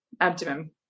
abdomen